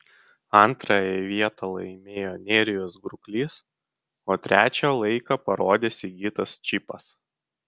antrąją vietą laimėjo nerijus gurklys o trečią laiką parodė sigitas čypas